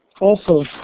also,